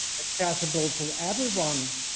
accessible for everyone.